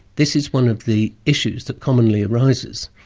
this is one of the issues that commonly arises,